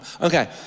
Okay